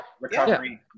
recovery